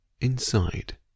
Inside